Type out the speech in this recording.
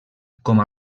com